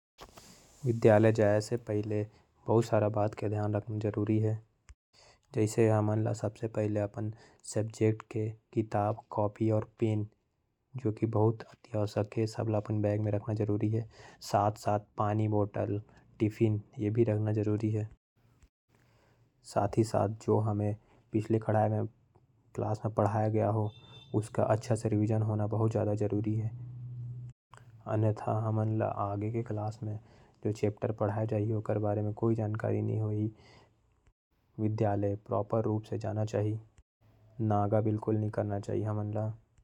विद्यालय जाए से पहले हमन ला। सारा विषय के कॉपी पुस्तक रख लेना चाही। और जो भी पढ़ाई हुईस है। ओकर रिवीजन करना जरूरी है। और ड्रेस साफ सुथरा पहनना चाही। और समय के ध्यान में रख के विद्यालय में प्रवेश करना चाही।